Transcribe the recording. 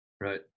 Right